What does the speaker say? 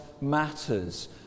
matters